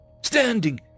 Standing